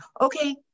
Okay